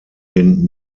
den